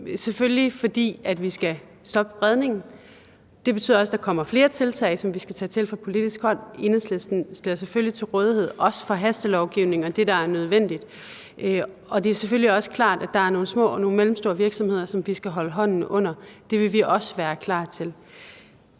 selvfølgelig, fordi vi skal stoppe spredningen. Det betyder også, at der kommer flere tiltag, som vi skal tage fra politisk hold. Enhedslisten stiller sig selvfølgelig til rådighed, også for hastelovgivning og det, der er nødvendigt. Og det er selvfølgelig også klart, at der er nogle små og nogle mellemstore virksomheder, som vi skal holde hånden under, og det vil vi også være klar til.